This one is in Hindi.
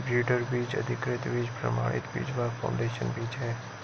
ब्रीडर बीज, अधिकृत बीज, प्रमाणित बीज व फाउंडेशन बीज है